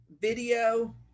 video